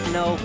no